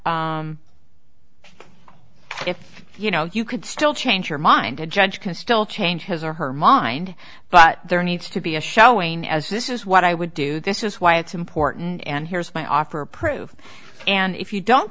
if you know you could still change your mind a judge can still change his or her mind but there needs to be a showing as this is what i would do this is why it's important and here's my offer approved and if you don't